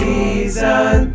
Season